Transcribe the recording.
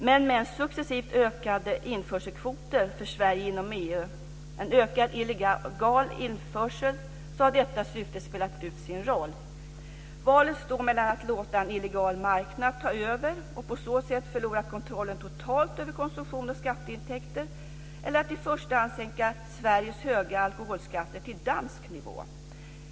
Men med successivt ökade införselkvoter för Sverige inom EU och en ökad illegal införsel har detta syfte spelat ut sin roll. Valet står mellan att låta en illegal marknad ta över och på så sätt totalt förlora kontrollen över konsumtion och skatteintäkter eller att i första hand sänka Sveriges höga alkoholskatter till dansk nivå.